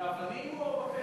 באבנים או בפה?